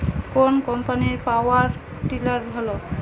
কোন কম্পানির power tiller ভালো?